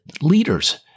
leaders